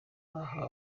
aha